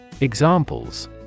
Examples